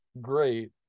great